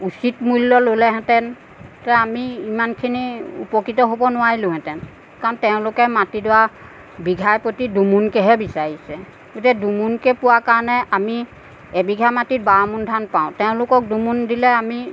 উচিত মূল্য ল'লেহেঁতেন আমি ইমানখিনি উপকৃত হ'ব নোৱাৰিলোহেঁতেন কাৰণ তেওঁলোকে মাটিডৰা বিঘাই প্ৰতি দুমোনকেহে বিচাৰিছে এতিয়া দুমোনকৈ পোৱা কাৰণে আমি এবিঘা মাটিত বাৰ মোন ধান পাওঁ তেওঁলোকক দুমোন দিলে আমি